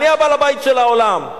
אני בעל-הבית של העולם.